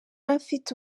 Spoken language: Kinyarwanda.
afite